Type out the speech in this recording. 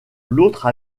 l’autre